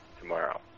tomorrow